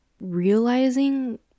realizing